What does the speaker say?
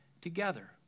together